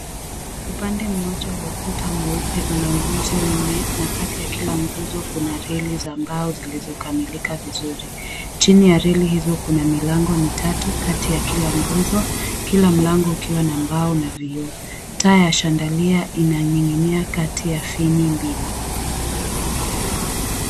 Upande mmoja wa ukuta mweupe una nguzo nne na kati ya kila nguzo kuna reli za mbao zilizokamilika vizuri. Chini ya reli hizo kuna milangi mitatu kati ya kila nguzo. Kila mlango ukiwa na mbao na vioo. Taa ya shandalia inaning'inia kati ya fini mbili.